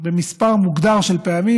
במספר מוגדר של פעמים,